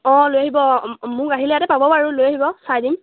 অঁ লৈ আহিব মোক আহিলে ইয়াতে পাব বাৰু লৈ আহিব চাই দিম